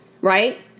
right